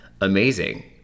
amazing